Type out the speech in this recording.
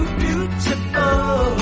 beautiful